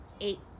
eight